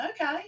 Okay